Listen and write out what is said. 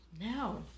No